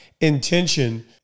intention